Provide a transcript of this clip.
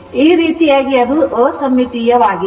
ಈ ರೀತಿಯಾಗಿ ಅದು ಅಸಮ್ಮಿತೀಯವಾಗಿದೆ